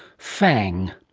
fang.